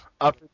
up